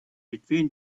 between